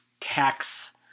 tax